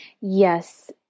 Yes